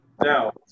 Now